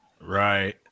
Right